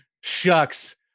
shucks